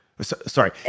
Sorry